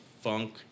funk